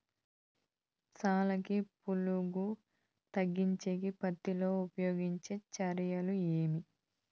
సాలుకి పులుగు తగ్గించేకి పత్తి లో ఉపయోగించే చర్యలు ఏమి?